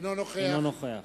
אינו נוכח